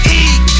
eat